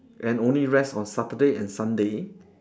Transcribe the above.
and only rest on saturday and sunday